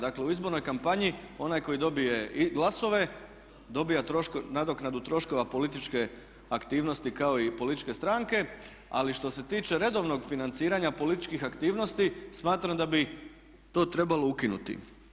Dakle, u izbornoj kampanji onaj koji dobije glasove dobiva nadoknadu troškova političke aktivnosti kao i političke stranke, ali što se tiče redovnog financiranja političkih aktivnosti smatram da bi to trebalo ukinuti.